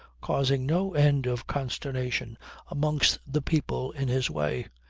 causing no end of consternation amongst the people in his way.